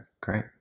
Great